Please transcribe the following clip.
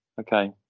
Okay